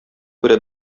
күрә